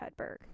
Hedberg